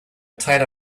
tied